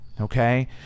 okay